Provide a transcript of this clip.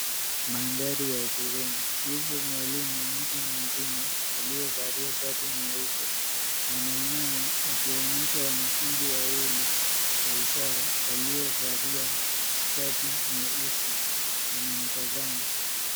Mandhari ya shuleni. Yupo mwalimu mtu mzima aliyevalia shati nyeupe. Anainama akiwaonyesha wanafunzi wawili kwa ishara waliovalia shati nyeusi. Wanamtazama.